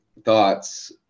thoughts